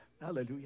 Hallelujah